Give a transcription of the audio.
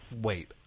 Wait